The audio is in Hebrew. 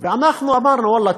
אנחנו אמרנו: ואללה,